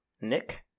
Nick